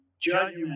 judgment